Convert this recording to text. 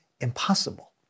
impossible